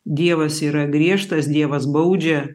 dievas yra griežtas dievas baudžia